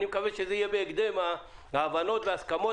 אני מקווה שההבנות וההסכמות יהיו בהקדם.